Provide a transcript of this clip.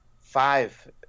five